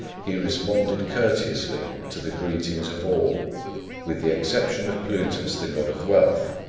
he responded courteously to the greetings of all with the exception of plutus, the god of wealth.